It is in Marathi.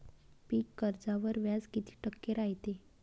पीक कर्जावर व्याज किती टक्के रायते?